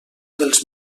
dels